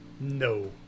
No